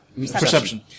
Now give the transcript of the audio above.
Perception